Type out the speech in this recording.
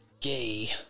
Gay